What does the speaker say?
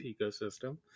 ecosystem